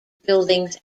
buildings